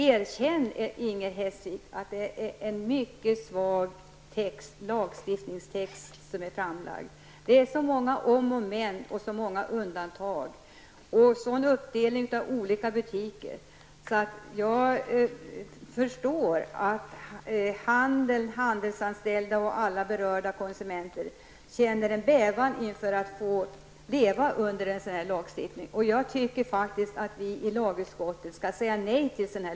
Erkänn, Inger Hestvik, att det är en mycket svag lagstiftningstext som är framlagd! Det finns så många om och men och så många undantag samt en uppdelning av vad som skall gälla i olika butiker. Jag förstår att handelsanställda och berörda konsumenter känner bävan inför tanken att behöva leva under en sådan lagstiftning. Jag tycker faktiskt att vi i lagutskottet skall säga nej till den.